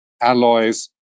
alloys